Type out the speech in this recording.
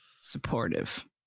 supportive